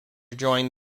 joined